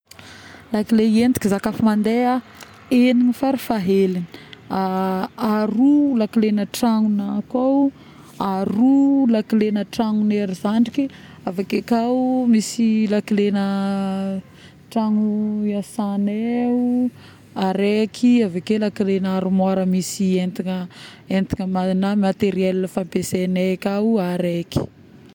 La cléf entiko ka izy ka fa mamndeha, enigny farafaheligny˂hesitation˃ aroa le cléf -na tragnona akao, aroa la cléf-na tragnon'ery zandriky, avekeo kao misy la cléf tragno iasagnay araiky aveke armoire misy entagna materiel fampiasagnay akao araiky